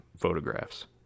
photographs